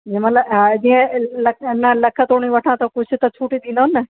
जीअं मतिलबु जीअं ल न लख तूणी वठां त कुझु त छूट ॾींदव न